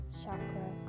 chakra